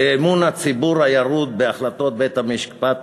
האמון הירוד של הציבור בהחלטות בית-המשפט,